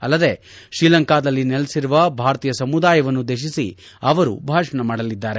ಅಲ್ಲದೆ ಶ್ರೀಲಂಕಾದಲ್ಲಿ ನೆಲೆಸಿರುವ ಭಾರತೀಯ ಸಮುದಾಯ ಉದ್ದೇಶಿಸಿ ಭಾಷಣ ಮಾಡಲಿದ್ದಾರೆ